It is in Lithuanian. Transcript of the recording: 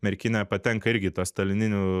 merkinė patenka irgi į tų stalininių